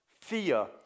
fear